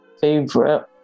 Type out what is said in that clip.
favorite